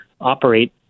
operate